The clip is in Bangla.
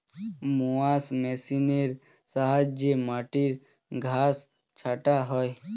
মোয়ার্স মেশিনের সাহায্যে মাটির ঘাস ছাঁটা হয়